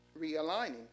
realigning